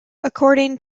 according